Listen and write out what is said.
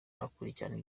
akurikirana